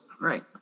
Right